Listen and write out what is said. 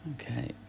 Okay